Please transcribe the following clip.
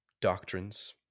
doctrines